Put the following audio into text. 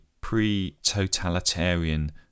pre-totalitarian